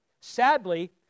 Sadly